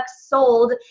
sold